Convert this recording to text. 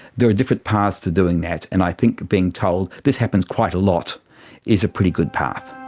there are different paths to doing that, and i think being told this happens quite a lot is a pretty good path.